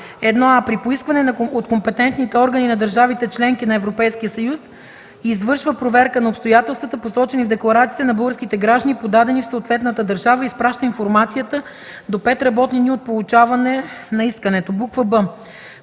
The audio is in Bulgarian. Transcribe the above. „1а. при поискване от компетентните органи на държавите – членки на Европейския съюз, извършва проверка на обстоятелствата, посочени в декларациите на българските граждани, подадени в съответната държава, и изпраща информацията до 5 работни дни от получаване на искането;” б) в т.